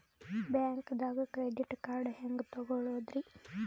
ಬ್ಯಾಂಕ್ದಾಗ credit card ಹೆಂಗ್ ತಗೊಳದ್ರಿ?